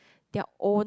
their own